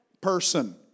person